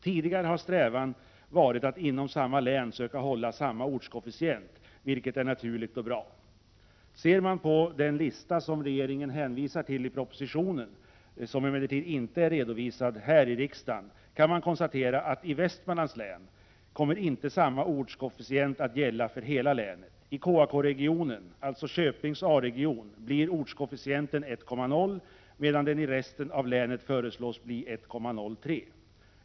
Tidigare har en strävan varit att inom samma län söka hålla samma ortskoefficient, vilket är naturligt och bra. Ser man på den lista som regeringen hänvisar till i propositionen, men som inte är redovisad här i riksdagen, kan man konstatera att i Västmanlands län kommer inte samma ortskoefficient att gälla för hela länet. I KAK-regionen, alltså Köpings A-region, blir ortskoefficienten 1,0, medan den i resten av länet föreslås bli 1,03.